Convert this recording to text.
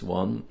one